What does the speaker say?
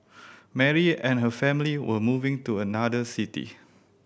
Mary and her family were moving to another city